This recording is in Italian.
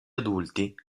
adulti